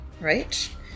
Right